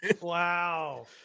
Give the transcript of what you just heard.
Wow